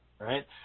right